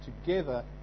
together